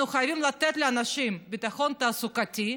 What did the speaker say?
אנחנו חייבים לתת לאנשים ביטחון תעסוקתי,